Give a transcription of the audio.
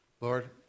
Lord